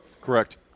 Correct